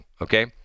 okay